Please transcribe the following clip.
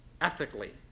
ethically